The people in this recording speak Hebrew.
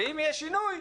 אם יהיה שינוי,